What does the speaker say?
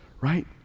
right